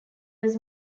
was